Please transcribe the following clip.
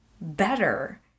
better